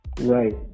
Right